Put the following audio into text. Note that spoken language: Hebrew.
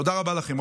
תודה רבה לכם.